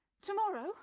tomorrow